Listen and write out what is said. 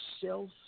self